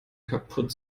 kaputt